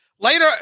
Later